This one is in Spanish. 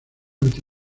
anti